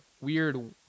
weird